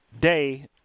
day